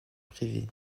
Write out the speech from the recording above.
privées